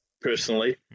personally